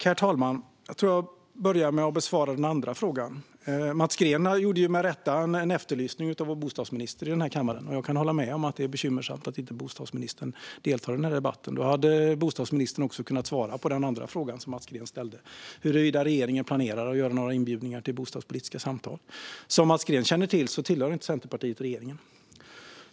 Herr talman! Jag tror att jag börjar med att besvara den andra frågan. Mats Green gjorde ju, med rätta, en efterlysning av vår bostadsminister i kammaren. Jag kan hålla med om att det är bekymmersamt att bostadsministern inte deltar i debatten. Bostadsministern hade nämligen kunnat svara på den andra frågan som Mats Green ställde, det vill säga huruvida regeringen planerar att bjuda in till bostadspolitiska samtal. Som Mats Green känner till ingår inte Centerpartiet i regeringen.